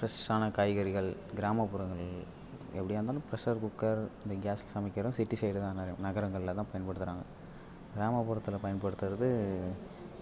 ஃப்ரெஷ்ஷான காய்கறிகள் கிராமப்புறங்களில் எப்படியா இருந்தாலும் ப்ரெஷர் குக்கர் இந்த கேஸ்ல சமைக்கிறோம் சிட்டி சைடுதான் ந நகரங்கள்ல தான் பயன்படுத்துகிறாங்க கிராமப்புறத்தில் பயன்படுத்துகிறது